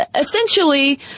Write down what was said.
essentially